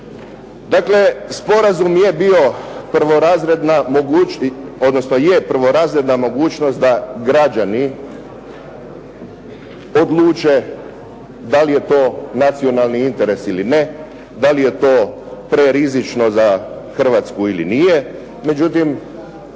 odnosno je prvorazredna mogućnost da građani odluče da li je to nacionalni interes ili ne, da li je to prerizično za Hrvatsku ili nije. Međutim,